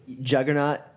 Juggernaut